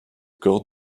corps